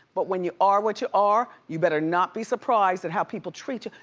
but when you are what you are, you better not be surprised at how people treat you.